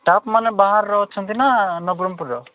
ଷ୍ଟାପ୍ମାନେ ବାହାରର ଅଛନ୍ତି ନା ନବରଙ୍ଗପୁରର